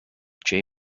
jay